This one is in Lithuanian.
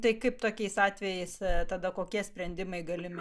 tai kaip tokiais atvejais tada kokie sprendimai galimi